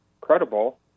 credible